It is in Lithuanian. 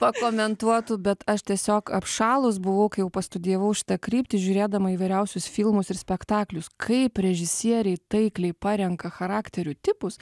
pakomentuotų bet aš tiesiog apšalus buvau kai jau pastudijavau šitą kryptį žiūrėdama įvairiausius filmus ir spektaklius kaip režisieriai taikliai parenka charakterių tipus